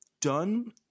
done